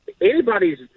anybody's